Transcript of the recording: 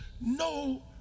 no